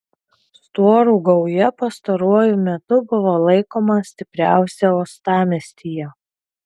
storų gauja pastaruoju metu buvo laikoma stipriausia uostamiestyje